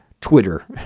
Twitter